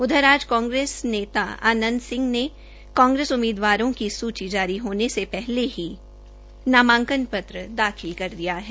उधर आज कांग्रेस नेता आंनद सिंह ढांगी ने कांग्रेस उम्मीदवारों की सूची जारी होने से पहले ही महम से नामांकन पत्र दाखिल कर दिया है